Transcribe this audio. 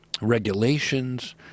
regulations